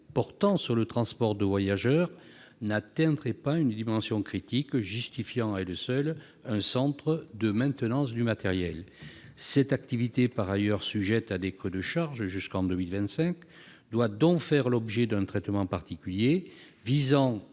portant sur le transport de voyageurs n'atteindraient pas une dimension critique justifiant le transfert éventuel d'un centre de maintenance du matériel. Cette activité sera, par ailleurs, sujette à des creux de charge jusqu'en 2025. Elle doit donc faire l'objet d'un traitement particulier, visant